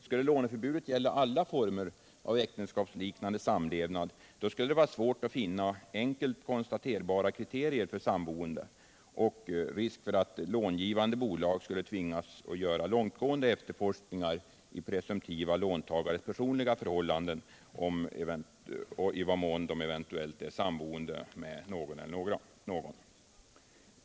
Skulle låneförbudet gälla alla former av äktenskapsliknande samlevnad, skulle det vara svårt att finna enkelt konstaterbara kriterier för samboende, och långivande bolag skulle tvingas göra långtgående efterforskningar i presumtiva låntagares personliga förhållanden.